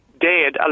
dead